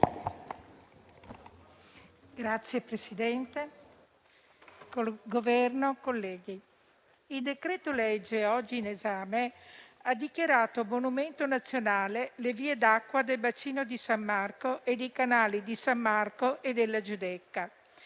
Governo, onorevoli colleghi, il decreto-legge oggi in esame ha dichiarato monumento nazionale le vie d'acqua del bacino di San Marco e dei canali di San Marco e della Giudecca.